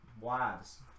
wives